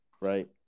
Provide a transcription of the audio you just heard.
right